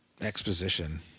exposition